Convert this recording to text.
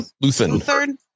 Lutheran